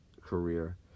career